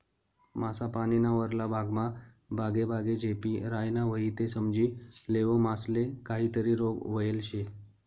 मासा पानीना वरला भागमा बागेबागे झेपी रायना व्हयी ते समजी लेवो मासाले काहीतरी रोग व्हयेल शे